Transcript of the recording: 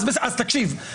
אז תקשיב.